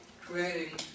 creating